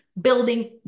building